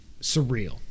surreal